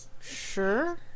Sure